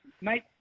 Mate